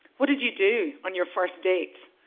what did you do on your first dates?